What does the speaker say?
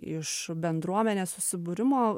iš bendruomenės susibūrimo